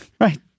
Right